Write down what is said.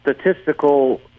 statistical